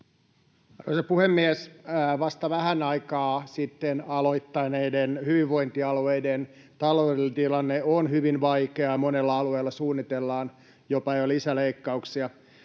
Arvoisa puhemies! Vasta vähän aikaa sitten aloittaneiden hyvinvointialueiden taloudellinen tilanne on hyvin vaikea, ja monella alueella suunnitellaan jo jopa lisäleikkauksia.